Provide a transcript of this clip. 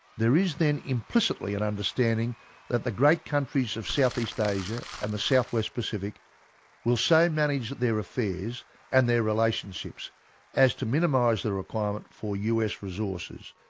there is then implicitly an understanding that the great countries of southeast asia and the south-west pacific will so manage their affairs and their relationships as to minimise the requirement for us resources,